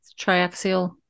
Triaxial